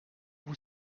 vous